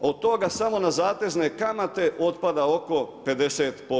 Od toga samo na zatezne kamate otpada oko 50%